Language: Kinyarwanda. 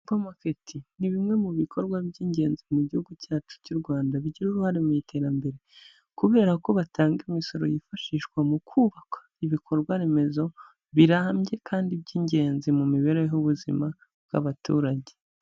Supamaketi ni bimwe mu bikorwa by'ingenzi mu Gihugu cyacu cy'u Rwanda bigira uruhare mu iterambere kubera ko batanga imisoro yifashishwa mu kubaka ibikorwa remezo birambye kandi by'ingenzi mu mibereho y'ubuzima bw'abaturage.